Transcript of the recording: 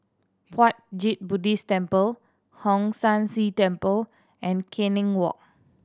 Puat Jit Buddhist Temple Hong San See Temple and Canning Walk